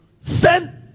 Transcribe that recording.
Send